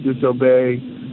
Disobey